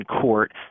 court